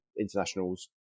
internationals